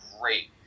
great